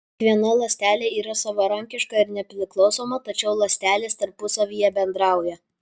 kiekviena ląstelė yra savarankiška ir nepriklausoma tačiau ląstelės tarpusavyje bendrauja